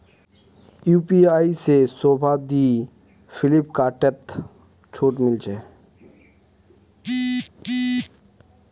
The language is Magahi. यू.पी.आई से शोभा दी फिलिपकार्टत छूट मिले छे